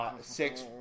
six